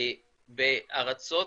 בארצות